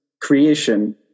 creation